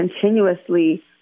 continuously